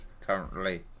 currently